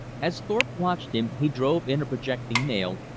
as thorpe watched him, he drove in a projecting nail,